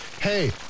hey